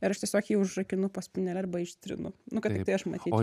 ir aš tiesiog jį užrakinu po spynele arba ištrinu nu kad tiktai aš matyčiau